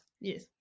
yes